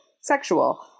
sexual